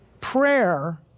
prayer